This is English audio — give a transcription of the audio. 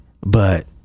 but-